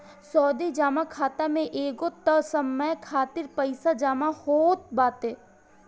सावधि जमा खाता में एगो तय समय खातिर पईसा जमा होत बाटे